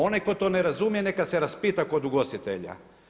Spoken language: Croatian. Onaj tko to ne razumije neka se raspita kod ugostitelja.